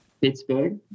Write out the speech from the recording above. Pittsburgh